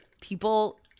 people